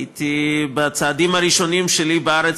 הייתי בצעדים הראשונים שלי בארץ,